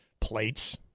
plates